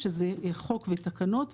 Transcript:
שזה חוק ותקנות.